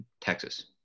texas